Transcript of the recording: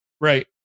right